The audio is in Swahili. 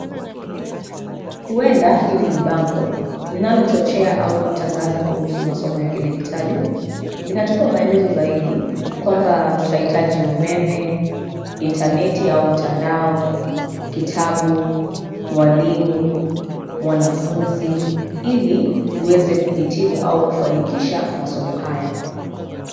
Huenda hili ni bango, linalo chochea au kutangaza kuhusu masomo ya kidijitali. Inatupa maelezo zaidi, kwamba tutahitaji umeme, intaneti au mtandao, kitabu, mwalimu, mwanafunzi, ili, uweze kuhitimu au kufanikisha masomo haya.